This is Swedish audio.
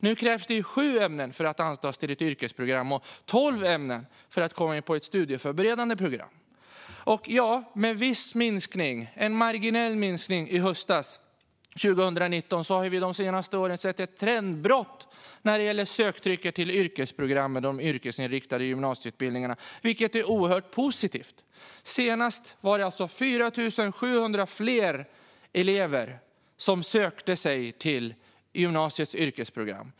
Nu krävs det godkänt i sju ämnen för att antas till ett yrkesprogram och i tolv ämnen för att komma in på ett studieförberedande program. Ja, det var en marginell minskning i höstas, 2019. Men de senaste åren har vi sett ett trendbrott när det gäller söktrycket till de yrkesinriktade gymnasieutbildningarna. Det är oerhört positivt. Senast var det 4 700 fler elever som sökte till gymnasiets yrkesprogram.